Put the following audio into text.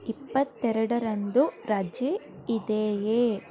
ಇಪ್ಪತ್ತೆರಡರಂದು ರಜೆ ಇದೆಯೇ